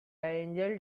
angel